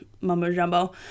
mumbo-jumbo